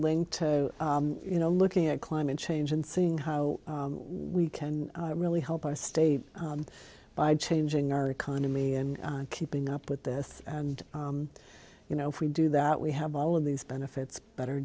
linked to you know looking at climate change and seeing how we can really help our state by changing our economy and keeping up with this you know if we do that we have all of these benefits better